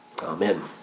Amen